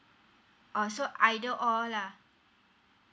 uh so either or lah